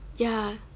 ya